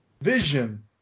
vision